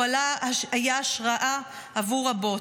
פועלה היה השראה עבור רבות,